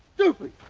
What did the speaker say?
doopey!